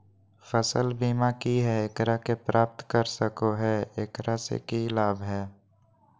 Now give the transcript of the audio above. फसल बीमा की है, एकरा के प्राप्त कर सको है, एकरा से की लाभ है?